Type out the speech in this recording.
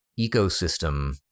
ecosystem